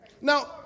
Now